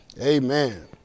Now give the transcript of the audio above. amen